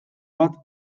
bat